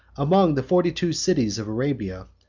among the forty-two cities of arabia,